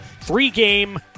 three-game